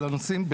אבל הנושאים,